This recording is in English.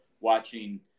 watching